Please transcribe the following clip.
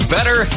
Better